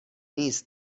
نیست